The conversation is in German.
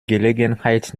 gelegenheit